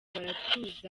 baratuza